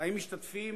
האם משתתפים